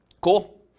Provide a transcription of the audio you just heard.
cool